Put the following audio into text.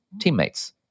teammates